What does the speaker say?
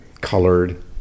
colored